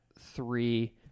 three